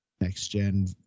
next-gen